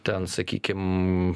ten sakykim